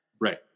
Right